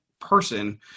person